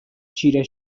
چیره